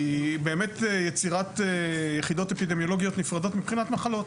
יצירת יחידות אפידמיולוגיות נפרדות מבחינת מחלות.